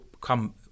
come